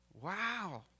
wow